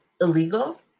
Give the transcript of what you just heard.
illegal